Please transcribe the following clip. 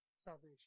salvation